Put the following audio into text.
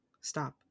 stop